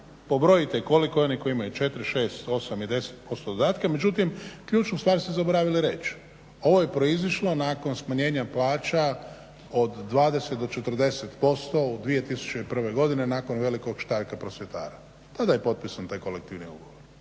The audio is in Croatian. pobrojite koliko je onih koji imaju 4, 6, 8 i 10% dodataka. Međutim, ključnu stvar ste zaboravili reći, ovo je proizašlo nakon smanjenja plaća od 20 do 40% 2001. godine nakon velikog štrajka prosvjetara. Tada je potpisan taj kolektivni ugovor.